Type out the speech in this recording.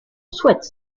souhaite